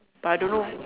but I don't know